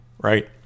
right